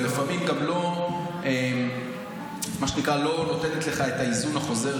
ולפעמים גם לא נותנת לך את ההיזון החוזר,